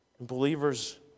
Believers